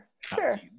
sure